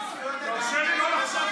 הם לפעמים באים ולפעמים חוזרים,